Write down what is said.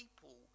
people